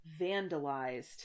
vandalized